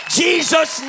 jesus